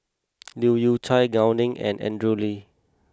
Leu Yew Chye Gao Ning and Andrew Lee